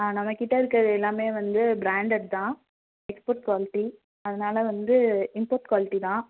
ஆ நம்மக்கிட்ட இருக்கிறது எல்லாமே வந்து ப்ராண்டட் தான் எக்ஸ்போர்ட் குவாலிட்டி அதனாலே வந்து இம்போர்ட் குவாலிட்டி தான்